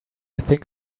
think